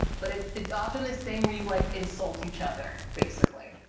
but it's, it's often this thing where you like insult each other basically.